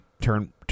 turn